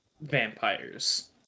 vampires